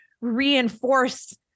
reinforce